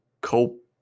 cope